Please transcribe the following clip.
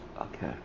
Okay